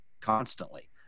constantly